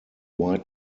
white